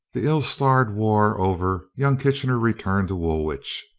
the ill-starred war over, young kitchener returned to woolwich,